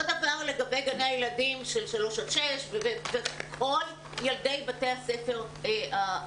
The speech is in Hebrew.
אותו דבר לגבי גני הילדים של 3 עד 6 וכל ילדי בתי הספר היסודי.